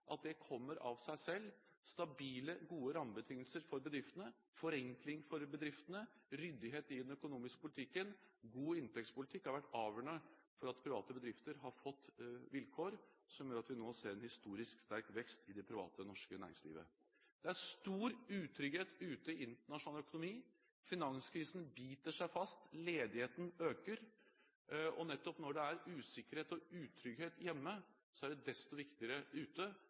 at det kommer av seg selv. Stabile, gode rammebetingelser for bedriftene, forenkling for bedriftene, ryddighet i den økonomiske politikken og god inntektspolitikk har vært avgjørende for at private bedrifter har fått vilkår som gjør at vi nå ser en historisk sterk vekst i det private norske næringslivet. Det er stor utrygghet ute i internasjonal økonomi. Finanskrisen biter seg fast, ledigheten øker, og nettopp når det er usikkerhet og utrygghet ute, er det desto viktigere